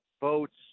votes